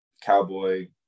cowboy